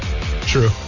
True